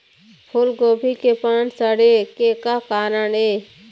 फूलगोभी के पान सड़े के का कारण ये?